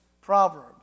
Proverbs